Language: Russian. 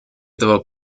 этого